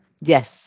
yes